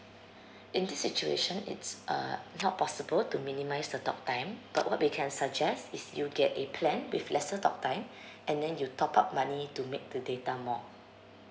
in this situation it's uh not possible to minimize the talk time but we can suggest is you get a plan with lesser talk time and then you top up money to make the data more